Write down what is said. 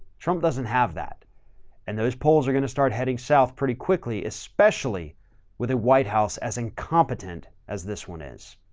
trump doesn't have that and those polls are going to start heading south pretty quickly, especially with a white house as incompetent as this one is.